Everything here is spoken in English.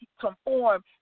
conform